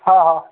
हा हा